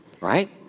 Right